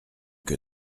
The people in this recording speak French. que